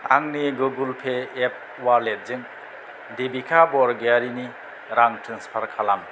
आंनि Google Pay app अवालेटजों देबिका बरगयारिनो रां ट्रेन्सफार खालाम